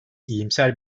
iyimser